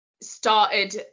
started